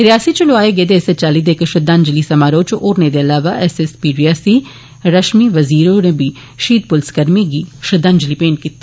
रियासी च लोआए गेदे इस चाल्ली दे इक श्रद्धांजलि समारोह च होरने दे इलावा S S P Reasi Rashmi Wazir होरे बी शहीद पुलस कर्मिए गी श्रद्वांजलि मेंट कीती